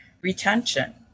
retention